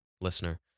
listener